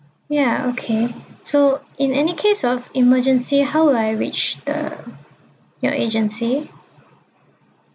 ya okay so in any case of emergency how would I reach the your agency